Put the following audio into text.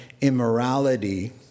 immorality